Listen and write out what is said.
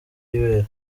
y’ibere